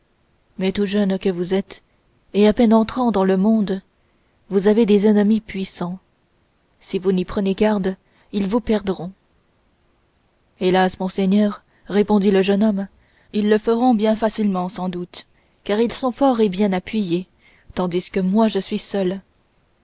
mais tout jeune que vous êtes et à peine entrant dans le monde vous avez des ennemis puissants si vous n'y prenez garde ils vous perdront hélas monseigneur répondit le jeune homme ils le feront bien facilement sans doute car ils sont forts et bien appuyés tandis que moi je suis seul